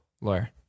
Lawyer